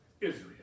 Israel